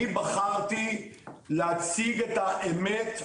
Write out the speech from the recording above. אני בחרתי להציג את האמת,